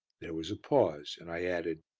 there was a pause, and i added,